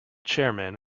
chairman